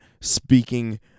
speaking